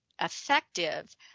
effective